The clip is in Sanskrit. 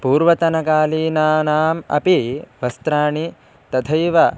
पूर्वतनकालीनानाम् अपि वस्त्राणि तथैव